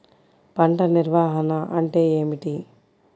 పంట నిర్వాహణ అంటే ఏమిటి?